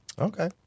Okay